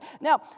Now